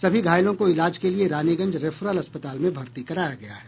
सभी घायलों को इलाज के लिए रानीगंज रेफरल अस्पताल में भर्ती कराया गया है